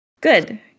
good